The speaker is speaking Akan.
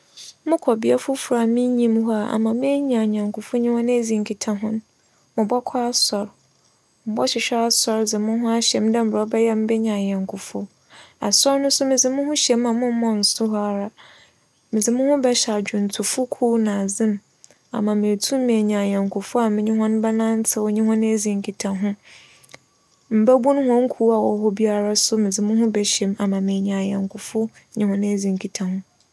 Mokͻ bea fofor a minnyi hͻ a, ama meenya anyɛnkofo nye hͻn edzi nkitaho no, mobͻkͻ asͻr, mobͻhwehwɛ asͻr dze moho ahyɛ mu dɛ mbrɛ ͻbɛyɛ a mebenya anyɛnkofo. Asͻr no so medze moho hyɛ mu a memma ͻnnso hͻ ara. Medze moho bɛhyɛ adwontofo kuw na adze mu, ama meetu enya anyɛnkofo a menye hͻn bɛnantsew nye hͻn edzi nkitaho. Mbabun hͻn kuw a ͻwͻ hͻ biara so medze moho bɛhyɛ mu ama meenya anyɛnkofo nye hͻn edzi nkitaho.